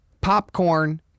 Popcorn